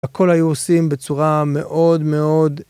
הכל היו עושים בצורה מאוד מאוד